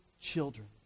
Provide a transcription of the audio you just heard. children